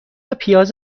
پیاز